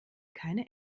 keine